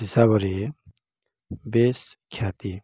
ହିସାବରେ ବେଶ ଖ୍ୟାତି